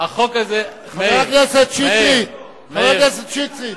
חבר הכנסת שטרית, חבר הכנסת שטרית,